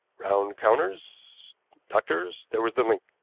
round counters doctors. there was the link.